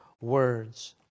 words